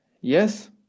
Yes